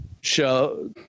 show